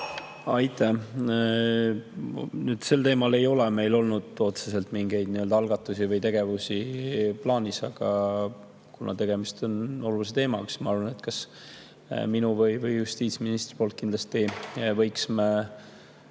Aitäh! Sel teemal ei ole meil olnud otseselt mingeid algatusi või tegevusi plaanis. Aga kuna tegemist on olulise teemaga, siis ma arvan, et minu või justiitsministri [algatusel] võiksime